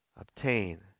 obtain